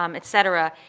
um et cetera,